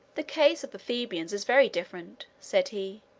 the case of the thebans is very different, said he.